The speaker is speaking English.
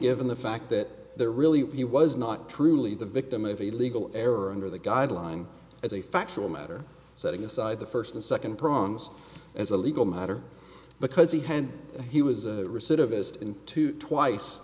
given the fact that there really he was not truly the victim of a legal error under the guideline as a factual matter setting aside the first and second prongs as a legal matter because he had he was recidivist into twice